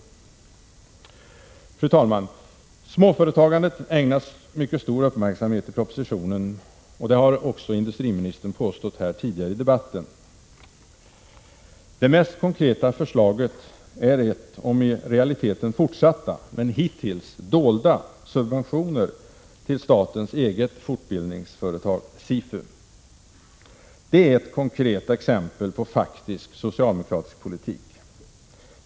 Fru talman! Småföretagandet ägnas mycket stor uppmärksamhet i propositionen, påstod industriministern tidigare i debatten. Det mest konkreta förslaget är ett som handlar om i realiteten fortsatta, men hittills dolda, subventioner till statens eget fortbildningsföretag, SIFU. Det är ett konkret exempel på faktisk socialdemokratisk politik.